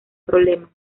problema